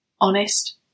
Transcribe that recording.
Honest